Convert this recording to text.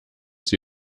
sie